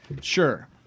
Sure